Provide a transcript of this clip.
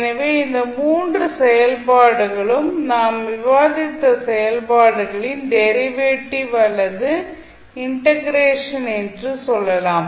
எனவே இந்த 3 செயல்பாடுகளும் நாம் விவாதித்த செயல்பாடுகளின் டெரிவேட்டிவ் அல்லது இன்டக்ரேஷன் என்று சொல்லலாம்